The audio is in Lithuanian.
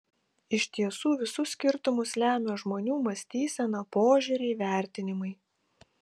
iš tiesų visus skirtumus lemia žmonių mąstysena požiūriai vertinimai